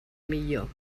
millor